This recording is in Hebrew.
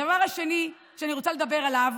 הדבר השני שאני רוצה לדבר עליו